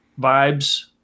vibes